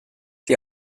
die